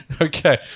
Okay